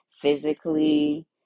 physically